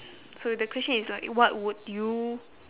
so the question is like what would you